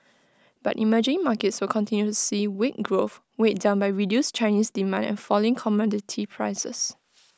but emerging markets will continue to see weak growth weighed down by reduced Chinese demand and falling commodity prices